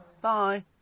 Bye